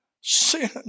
sin